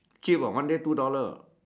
cheap ah one day two dollar ah